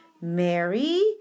Mary